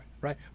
right